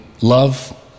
love